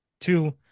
Two